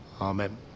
Amen